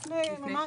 לפני שנה.